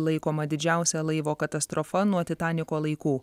laikoma didžiausia laivo katastrofa nuo titaniko laikų